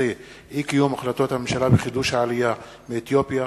בעקבות דיון מהיר בנושא: אי-קיום החלטות הממשלה לחידוש העלייה מאתיופיה,